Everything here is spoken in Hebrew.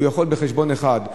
הוא יכול בחשבון אחד,